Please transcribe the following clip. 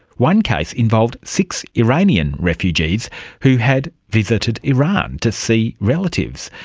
one case involved six iranian refugees who had visited iran to see relatives.